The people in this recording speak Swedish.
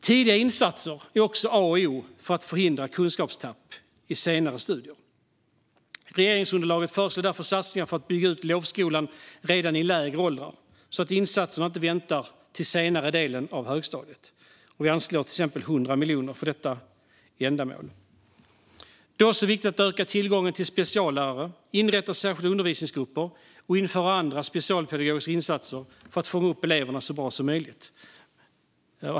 Tidiga insatser är A och O för att förhindra kunskapstapp i senare studier. Regeringsunderlaget föreslår därför satsningar på att bygga ut lovskolan redan i lägre åldrar, så att insatserna inte väntar till senare delen av högstadiet. Vi anslår 100 miljoner för detta ändamål. Det är också viktigt att öka tillgången till speciallärare, inrätta särskilda undervisningsgrupper och införa andra specialpedagogiska insatser för att fånga upp eleverna så bra som möjligt.